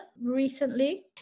recently